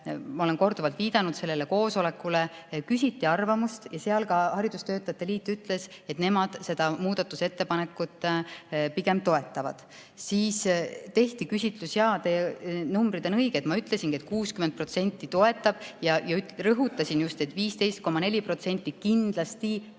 ma olen korduvalt viidanud sellele koosolekule – küsiti arvamust ja ka haridustöötajate liit ütles, et nemad seda muudatusettepanekut pigem toetavad. Siis tehti küsitlus. Jaa, teie numbrid on õiged. Ma ütlesingi, et 60% toetab, ja rõhutasingi just, et 15,4% kindlasti